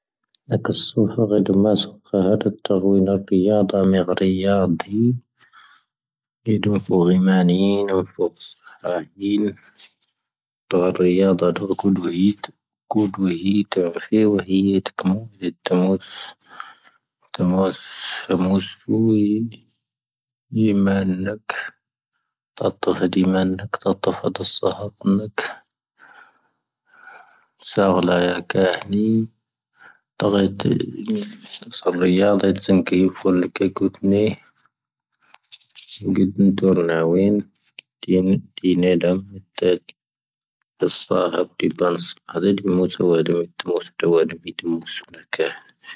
Cⵀⴰⵔ ⵎ'ⵢⴰⵉⴷ ⴻⵜ ⵏⴰ ⵣⵉⵏ ⴽⴻ ⵢⵓⴼⴰ ⵍ-ⴽⴻⴽⵓⵜ ⴰⴳ ⵏⵉⵣ. ⵀⵉⵏⴽⵉⵜ ⵏⵉ ⵜⵔooⵏ ⴰvⵉⵏ. ⴷⵉⵏ ⵙⴻⴽⴰⵉ ⴰⴷⴰⵎⴻ. ⵜⴰⵙⴼⴰⴰⵓⵏⴽⵜⵉⴻ ⴱⴰⵏⵙ. ⴰⴷⴰ....